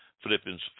Philippians